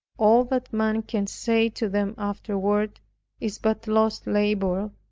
all that man can say to them afterward is but lost labor,